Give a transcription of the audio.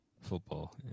Football